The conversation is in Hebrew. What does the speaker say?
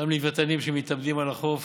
אותם לווייתנים שמתאבדים על החוף